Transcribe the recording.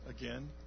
again